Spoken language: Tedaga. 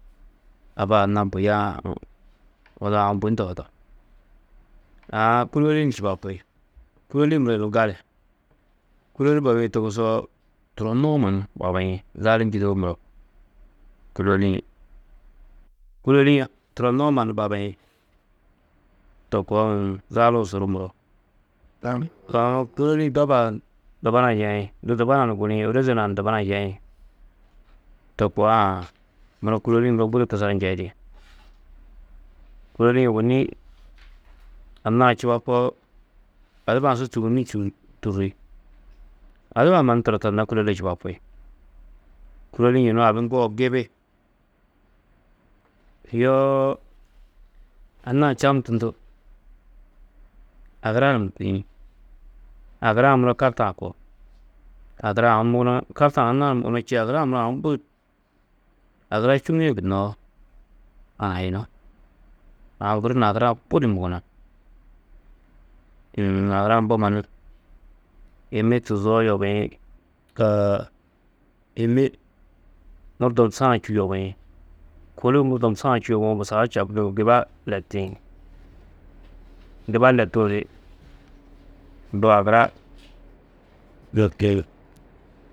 Aba anna buyaa, odu aũ bui ndohudo, aã kûloli ni čubapi. Kûloli-ĩ muro yunu gali, kûloli babîe togusoo, turonnuo mannu babiĩ, zalu njîdoo muro. Kûloli-ĩ, kûloli-ĩ turonnuo mannu babiĩ, to koo uũ, zaluu suru muro, aã kûloli-ĩ doba-ã ni dubana yeĩ, du dubana ni guniĩ, ôroze nua ni dubana yeĩ, to koo aã. Muro kûloli-ĩ muro budi kusar njeidi. Kûloli-ĩ ôwonni anna-ã čubapoo, adiba-ã su sûguni, sûguni tûrri. Adiba-ã mannu turo, turonna kûlole čubapi, kûloli-ĩ yunu abi ŋgoo gibi. Yoo anna-ã čabndundu agura ni mûkiĩ. Agura-ã muro kartaa-ã koo, agura aũ muguno, kartaa-ã aũ nani muguno čîidi agura-ã muro aũ agura čûuŋie gunnoó hanayunú. Aũ guru ni agura-ã budi muguno, agura-ã mbo mannu ême tuzoo yobiĩ, ême murdom sã čû yobiĩ, kôlo murdom sã čû yobuwo busau giba letiĩ, giba letuũ ni du agura.